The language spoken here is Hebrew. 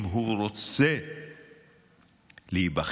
אם הוא רוצה להיבחר,